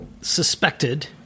suspected